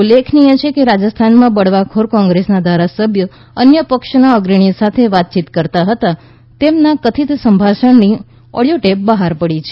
ઉલ્લેખનીય છે કે રાજસ્થાનમાં બળવાખોર કોંગ્રેસના ધારાસભ્યો અન્ય પક્ષના અગ્રણી સાથે વાતચીત કરતા હતા તેમના કથીત સંભાષણની ઓડીયો ટેપ બહાર પડી છે